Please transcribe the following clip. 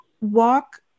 walk